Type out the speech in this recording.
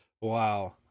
Wow